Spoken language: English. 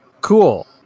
Cool